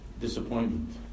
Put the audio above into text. disappointment